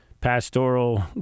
pastoral